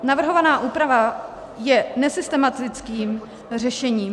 Navrhovaná úprava je nesystematickým řešením.